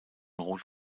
rot